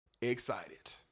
excited